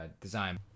design